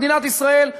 מדינת ישראל,